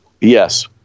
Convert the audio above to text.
yes